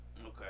Okay